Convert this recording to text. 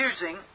using